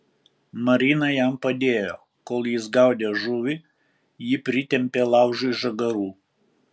marina jam padėjo kol jis gaudė žuvį ji pritempė laužui žagarų